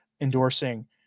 endorsing